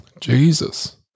Jesus